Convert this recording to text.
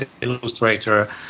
Illustrator